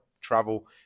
travel